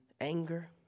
anger